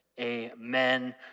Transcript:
Amen